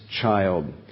Child